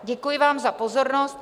Děkuji vám za pozornost.